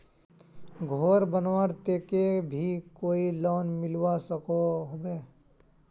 घोर बनवार केते भी कोई लोन मिलवा सकोहो होबे?